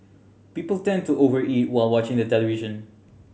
people tend to over eat while watching the television